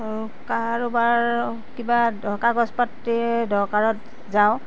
কাৰোবাৰ কিবা কাগজ পাতিয়ে দৰকাৰত যাওঁ